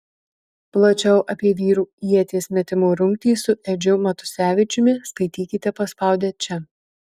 plačiau apie vyrų ieties metimo rungtį su edžiu matusevičiumi skaitykite paspaudę čia